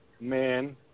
Man